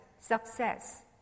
Success